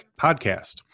podcast